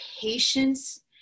patience